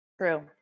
True